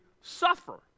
suffer